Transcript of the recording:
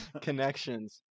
connections